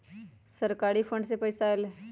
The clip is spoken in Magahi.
सरकारी फंड से पईसा आयल ह?